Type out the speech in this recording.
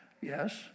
yes